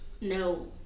No